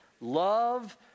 love